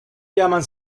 llaman